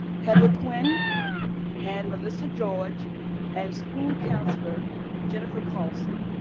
heather quinn and melissa george and school counselor jennifer carlson.